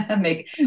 make